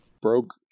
broke